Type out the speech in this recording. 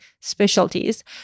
specialties